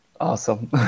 Awesome